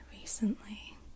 recently